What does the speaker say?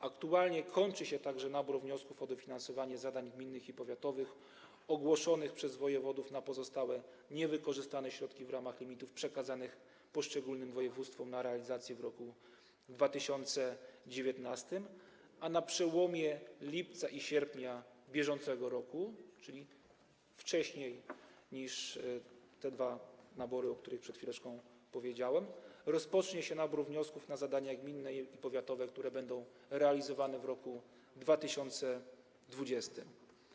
Aktualnie kończy się także nabór wniosków o dofinansowanie zadań gminnych i powiatowych ogłoszony przez wojewodów na pozostałe, niewykorzystane środki w ramach limitów przekazanych poszczególnym województwom na realizację w roku 2019, a na przełomie lipca i sierpnia br., czyli wcześniej niż te dwa nabory, o których przed chwileczką powiedziałem, rozpocznie się nabór wniosków na zadania gminne i powiatowe, które będą realizowane w roku 2020.